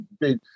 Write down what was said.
big